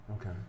Okay